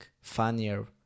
funnier